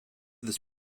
this